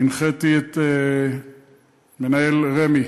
הנחיתי את מנהל רמ"י,